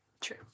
True